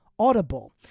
Audible